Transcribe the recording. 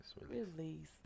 release